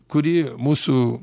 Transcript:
kuri mūsų